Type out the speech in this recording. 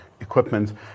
equipment